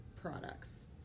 products